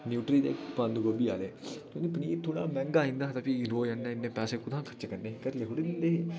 न्यूट्री निं बंदगोभी आह्ले कि पनीर थोह्ड़ा मैहंगा आई जंदा हा भी रोज़ इ'न्ने पैसे कुत्थुआं खर्च करने घरै आह्ले थोह्ड़े दिंदे हे